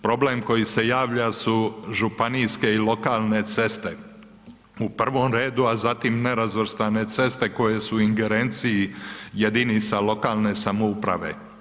Problem koji se javlja su županijske i lokalne ceste u prvom redu, a zatim nerazvrstane ceste koje su u ingerenciji jedinica lokalne samouprave.